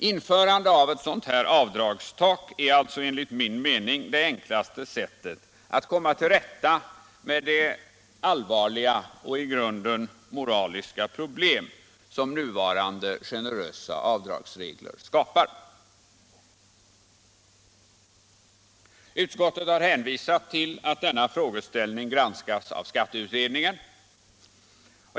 Införande av ett avdragstak är alltså enligt min mening det enklaste sättet att komma till rätta med det allvarliga och i grunden moraliska problem som nuvarande generösa avdragsregler skapar. Utskottet har hänvisat till att denna frågeställning granskas av skatteutredningen.